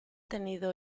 tenido